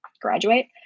graduate